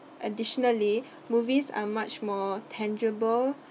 additionally movies are much more tangible